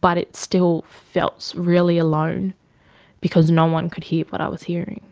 but it still felt really alone because no one could hear what i was hearing,